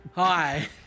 Hi